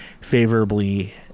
favorably